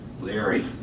Larry